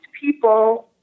people